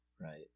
Right